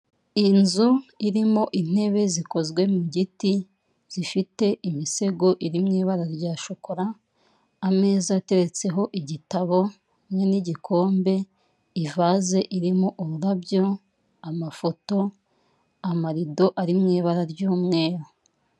Inzu irimo intebe zikozwe mu giti, zifite imisego iri mu ibara rya shokora, ameza ateretseho igitabo n'igikombe ivaze irimo ururabyo, amafoto; amarido ari mu ibara ry'umweru.